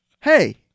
Hey